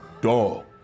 dog